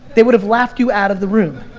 they would've laughed you out of the room.